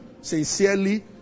sincerely